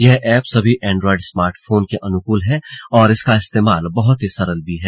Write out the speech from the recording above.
यह एप सभी android smart phone के अनुकूल है और इसका इस्तेमाल बहुत ही सरल भी है